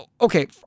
Okay